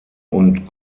und